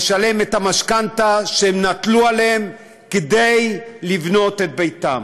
לשלם להם את המשכנתה שהם נטלו עליהם כדי לבנות את ביתם,